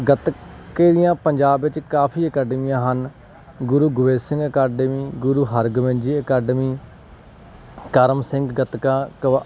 ਗਤਕੇ ਦੀਆਂ ਪੰਜਾਬ ਵਿੱਚ ਕਾਫੀ ਅਕੈਡਮੀਆਂ ਹਨ ਗੁਰੂ ਗੋਬਿੰਦ ਸਿੰਘ ਅਕੈਡਮੀ ਗੁਰੂ ਹਰਗੋਬਿੰਦ ਜੀ ਅਕੈਡਮੀ ਕਰਮ ਸਿੰਘ ਗਤਕਾ